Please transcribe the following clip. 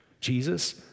Jesus